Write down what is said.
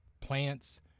plants